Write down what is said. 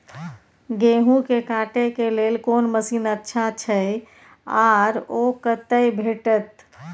गेहूं के काटे के लेल कोन मसीन अच्छा छै आर ओ कतय भेटत?